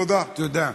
תודה.